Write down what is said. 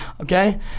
Okay